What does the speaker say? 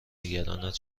نگرانت